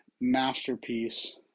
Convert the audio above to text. masterpiece